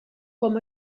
com